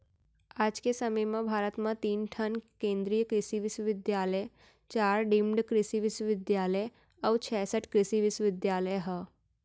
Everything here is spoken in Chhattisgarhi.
आज के समे म भारत म तीन ठन केन्द्रीय कृसि बिस्वबिद्यालय, चार डीम्ड कृसि बिस्वबिद्यालय अउ चैंसठ कृसि विस्वविद्यालय ह